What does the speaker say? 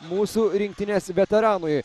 mūsų rinktinės veteranui